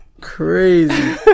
crazy